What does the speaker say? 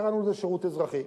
קראנו לזה "שירות אזרחי".